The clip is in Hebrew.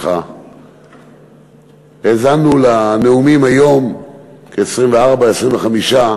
האזנו היום ל-25-24 נאומים,